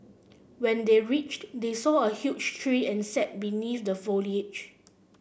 when they reached they saw a huge tree and sat beneath the foliage